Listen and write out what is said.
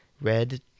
Red